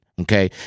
Okay